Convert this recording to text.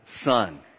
son